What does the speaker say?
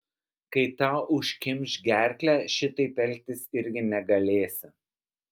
kai tau užkimš gerklę šitaip elgtis irgi negalėsi